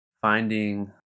finding